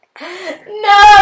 No